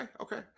okay